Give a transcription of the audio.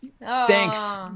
Thanks